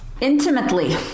Intimately